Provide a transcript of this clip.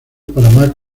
para